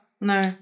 No